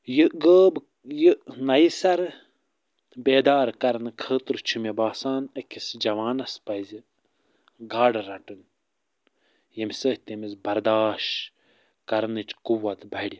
یہِ غٲب یہِ نَیہِ سَرٕ تہٕ بیدار کرنہٕ خٲطرٕ چھِ مےٚ باسان أکِس جوانَس پَزِ گاڈٕ رَٹُن ییٚمہِ سۭتۍ تٔمِس برداشت کرنٕچ قُوَت بَڑِ